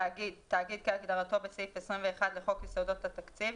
"תאגיד" תאגיד כהגדרתו בסעיף 21 לחוק יסודות התקציב,